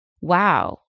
wow